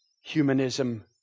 humanism